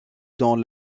dans